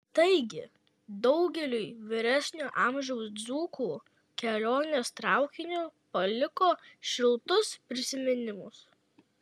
taigi daugeliui vyresnio amžiaus dzūkų kelionės traukiniu paliko šiltus prisiminimus